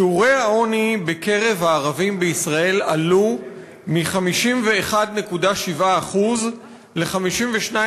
שיעורי העוני בקרב הערבים בישראל עלו מ-51.7% ל-52.6%.